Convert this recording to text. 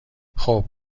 خوب